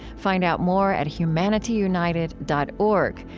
find out more at humanityunited dot org,